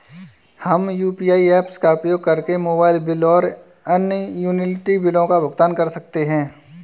हम UPI apps का उपयोग करके मोबाइल बिल और अन्य यूटिलिटी बिलों का भुगतान कर सकते हैं